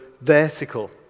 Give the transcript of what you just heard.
vertical